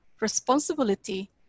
responsibility